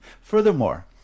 Furthermore